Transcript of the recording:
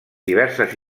diverses